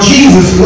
Jesus